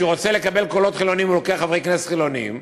כשהוא רוצה לקבל קולות חילוניים הוא לוקח חברי כנסת חילונים,